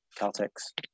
Caltech's